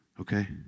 Okay